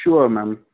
sure ma'am